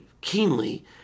keenly